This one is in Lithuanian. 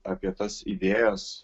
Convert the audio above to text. apie tas idėjas